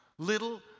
Little